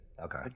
Okay